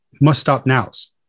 must-stop-nows